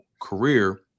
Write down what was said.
career